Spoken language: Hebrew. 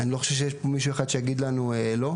אני לא חושב שיש פה מישהו אחד שיגיד לנו לא.